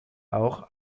auch